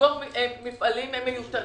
לסגור מפעלים מיותרים.